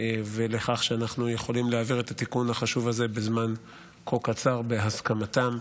ולכך שאנחנו יכולים להעביר את התיקון החשוב הזה בזמן כה קצר בהסכמתם.